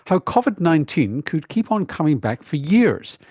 how covid nineteen could keep on coming back for years,